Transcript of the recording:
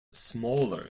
smaller